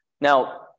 Now